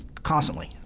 constantly.